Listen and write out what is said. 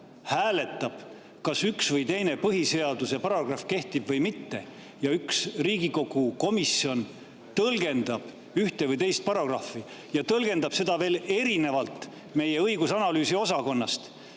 hääletab, kas üks või teine põhiseaduse paragrahv kehtib või mitte, ja üks Riigikogu komisjon tõlgendab ühte või teist paragrahvi ja tõlgendab seda veel erinevalt meie õigus‑ ja analüüsiosakonnast,